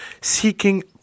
Seeking